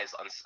on